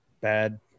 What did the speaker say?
Bad